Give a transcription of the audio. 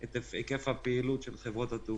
את היקף הפעילות של חברות התעופה.